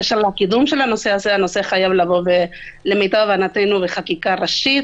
הנושא הנושא חייב לבוא למיטב הבנתנו בחקיקה ראשית